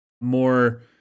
more